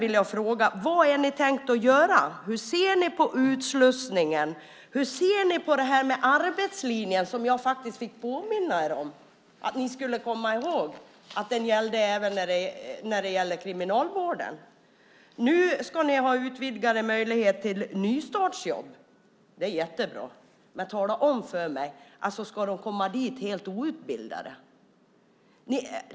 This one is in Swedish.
Vad har ni tänkt göra? Hur ser ni på utslussningen, och hur ser ni på det här med arbetslinjen, som jag faktiskt fått påminna er om? Kom ihåg att den gäller också inom kriminalvården! Nu ska ni ha utvidgade möjligheter till nystartsjobb. Det är jättebra. Men tala om för mig om man ska komma dit helt outbildad!